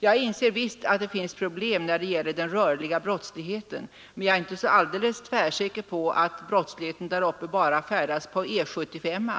Jag inser visst att det finns problem när det gäller den rörliga brottsligheten, men jag är inte alldeles tvärsäker på att brottsligheten där uppe bara färdas på riksväg E 75.